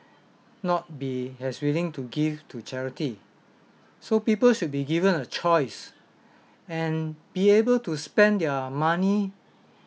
not be as willing to give to charity so people should be given a choice and be able to spend their money